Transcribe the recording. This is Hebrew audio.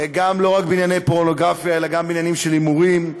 לא רק בענייני פורנוגרפיה אלא גם בעניינים של הימורים,